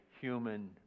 human